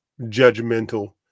judgmental